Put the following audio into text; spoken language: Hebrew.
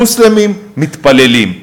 מוסלמים מתפללים.